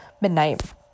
midnight